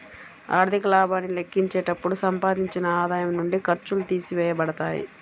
ఆర్థిక లాభాన్ని లెక్కించేటప్పుడు సంపాదించిన ఆదాయం నుండి ఖర్చులు తీసివేయబడతాయి